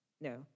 No